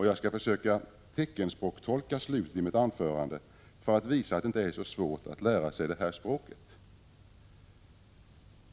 Jag skall försöka teckenspråkstolka slutet i mitt anförande för att visa att det inte är så svårt att lära sig detta språk.